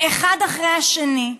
אחד אחרי השני,